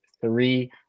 three